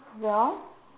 ya